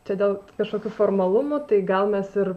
čia dėl kažkokių formalumų tai gal mes ir